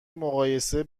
مقایسه